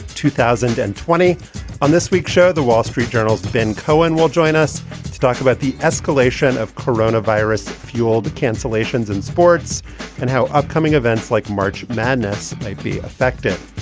two thousand and twenty on this week's show, the wall street journal's ben cohen will join us to talk about the escalation escalation of corona virus fueled cancellations in sports and how upcoming events like march madness may be affected.